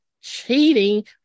cheating